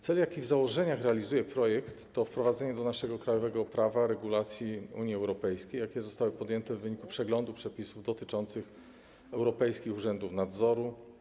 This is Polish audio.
Cel, jaki w założeniach realizuje projekt, to wprowadzenie do naszego krajowego prawa regulacji Unii Europejskiej, jakie zostały podjęte w wyniku przeglądu przepisów dotyczących europejskich urzędów nadzoru.